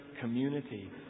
community